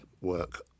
work